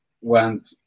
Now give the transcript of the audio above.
went